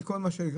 מכל מה שנקרא,